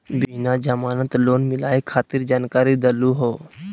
बिना जमानत लोन मिलई खातिर जानकारी दहु हो?